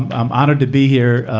i'm honored to be here.